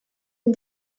and